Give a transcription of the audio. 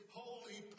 holy